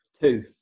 Two